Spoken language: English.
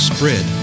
Spread